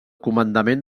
comandament